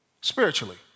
spiritually